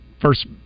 first